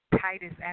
Titus